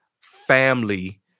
family